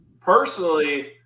personally